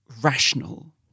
rational